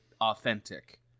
authentic